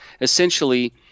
essentially